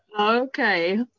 Okay